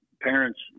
parents